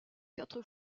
quatre